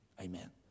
Amen